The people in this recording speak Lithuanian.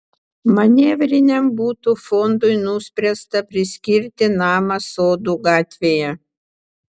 manevriniam butų fondui nuspręsta priskirti namą sodų gatvėje